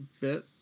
bit